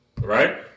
right